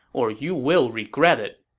or you will regret it.